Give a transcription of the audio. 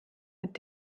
mit